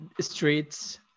streets